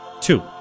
Two